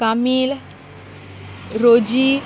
Camille Rosie